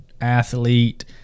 athlete